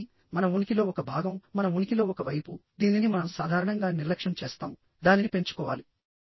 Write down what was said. కాబట్టి మన ఉనికిలో ఒక భాగం మన ఉనికిలో ఒక వైపు దీనిని మనం సాధారణంగా నిర్లక్ష్యం చేస్తాము దానిని పెంచుకోవాలి